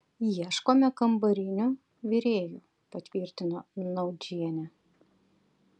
ieškome kambarinių virėjų patvirtino naudžienė